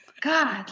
God